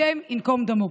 השם ייקום דמו.